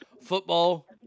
football